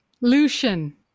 Lucian